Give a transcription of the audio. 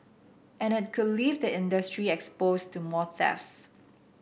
and it could leave the industry exposed to more thefts